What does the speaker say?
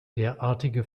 derartige